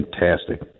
fantastic